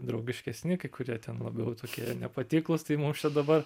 draugiškesni kai kurie ten labiau tokie nepatiklūs tai mums čia dabar